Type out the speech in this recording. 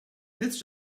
it’s